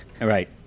right